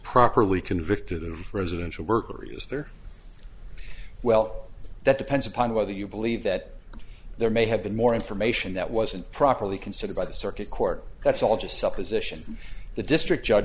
properly convicted in a residential burglary is there well that depends upon whether you believe that there may have been more information that wasn't properly considered by the circuit court that's all just supposition the district judge